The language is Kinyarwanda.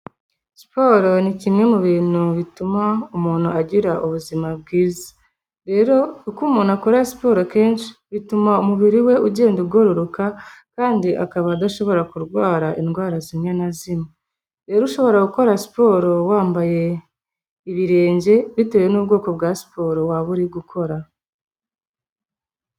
Siporo ni kimwe mu bintu bituma umuntu agira ubuzima bwiza, rero uko umuntu akora siporo kenshi bituma umubiri we ugenda ugororoka kandi akaba adashobora kurwara indwara zimwe na zimwe. Rero ushobora gukora siporo wambaye ibirenge bitewe n'ubwoko bwa siporo waba uri gukora.